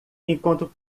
enquanto